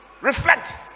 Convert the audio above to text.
reflect